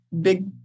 big